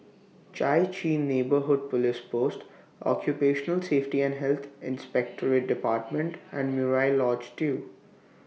Chai Chee Neighbourhood Police Post Occupational Safety and Health Inspectorate department and Murai Lodge two